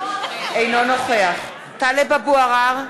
אינו נוכח טלב אבו עראר,